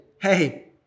hey